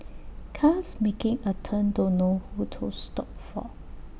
cars making A turn don't know who to stop for